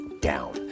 down